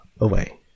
away